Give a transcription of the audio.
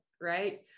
Right